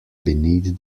beneath